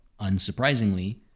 unsurprisingly